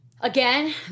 Again